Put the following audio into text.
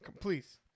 please